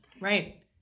Right